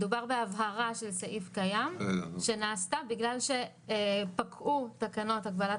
מדובר בהבהרה של סעיף קיים שנעשתה בגלל שפקעו תקנות הגבלת